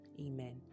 Amen